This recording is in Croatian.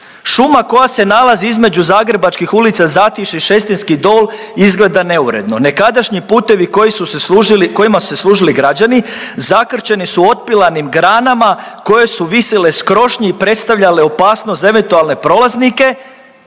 „Šuma koja se nalazi između zagrebačkih ulica Zatišje Šestinski dol izgleda neuredno. Nekadašnji putevi koji su se služili, kojima su se služili građani zakrčeni su otpilanim granama koje su visile s krošnje i predstavljale opasnost za eventualne prolaznike,